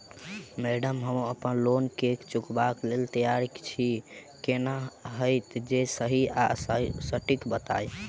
Madam हम अप्पन loan केँ चुकाबऽ लैल तैयार छी केना हएत जे सही आ सटिक बताइब?